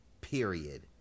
Period